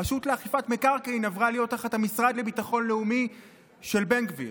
הרשות לאכיפת מקרקעין עברה להיות תחת המשרד לביטחון לאומי של בן גביר.